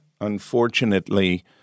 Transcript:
unfortunately